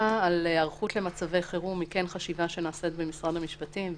היערכות למצבי חירום היא כן חשיבה שנעשית במשרד המשפטים,